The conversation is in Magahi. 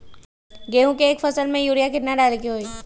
गेंहू के एक फसल में यूरिया केतना डाले के होई?